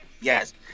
Yes